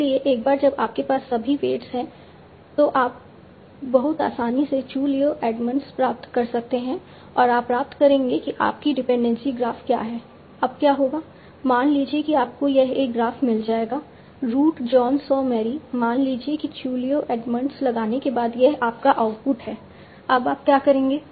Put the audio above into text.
इसलिए एक बार जब आपके पास सभी वेट्स हैं तो आप बहुत आसानी से चू लियू एडमंड्स प्राप्त कर सकते हैं और आप प्राप्त करेंगे कि आपकी डिपेंडेंसी ग्राफ क्या है अब क्या होगा मान लीजिए कि आपको यह एक ग्राफ मिल जाएगा रूट जॉन सॉ मैरी मान लीजिए कि चू लियू एडमंड्स लगाने के बाद यह आपका आउटपुट है अब आप क्या करेंगे